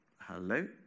Hello